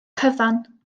cyfan